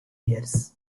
years